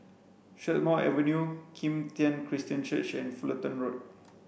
Strathmore Avenue Kim Tian Christian Church and Fullerton Road